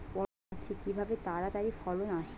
পটল গাছে কিভাবে তাড়াতাড়ি ফলন আসবে?